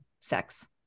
sex